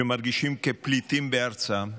שמרגישים כפליטים בארצם,